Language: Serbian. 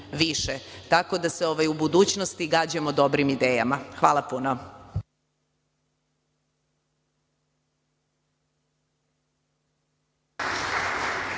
tako da se u budućnosti gađamo dobrim idejama. Hvala puno.